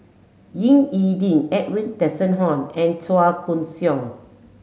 Ying E Ding Edwin Tessensohn and Chua Koon Siong